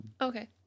Okay